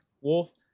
wolf